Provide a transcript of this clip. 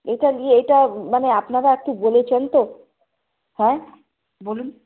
এটা এটা মানে আপনারা একটু বলেছেন তো হ্যাঁ বলুন